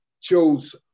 chose